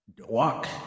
Walk